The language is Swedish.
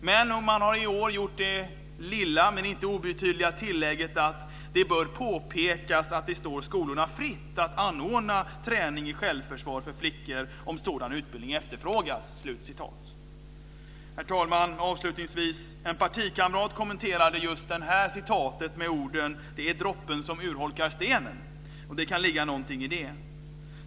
Men i år har man gjort det lilla men inte obetydliga tillägget: "Det bör påpekas att det står skolorna fritt att anordna träning i självförsvar för flickor om sådan utbildning efterfrågas." Herr talman! Avslutningsvis vill jag säga att en partikamrat kommenterade just det här citatet med orden det är droppen som urholkar stenen. Det kan ligga någonting i det.